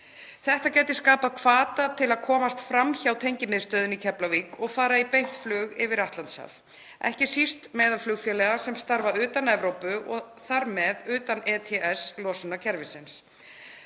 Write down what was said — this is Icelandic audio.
Þetta gæti skapað hvata til að komast fram hjá tengimiðstöðinni í Keflavík og fara í beint flug yfir Atlantshaf, ekki síst meðal flugfélaga sem starfa utan Evrópu og þar með utan ETS-losunarkerfisins.